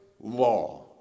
law